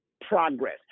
progress